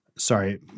Sorry